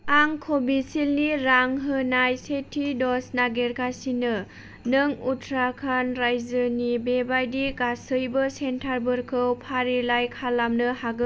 आं कविसिल्दनि रां होनाय सेथि दज नागिरगासिनो नों उत्तराखान्ड रायजोनि बेबादि गासैबो सेन्टारफोरखौ फारिलाइ खालामनो हागोन